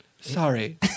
Sorry